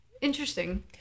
Interesting